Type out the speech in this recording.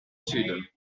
sud